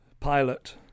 Pilot